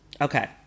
Okay